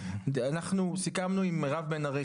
אנחנו סיכמנו עם מירב בן ארי,